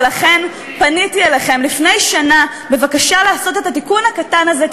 ולכן פניתי אליכם לפני שנה בבקשה לעשות את התיקון הקטן הזה,